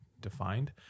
defined